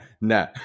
No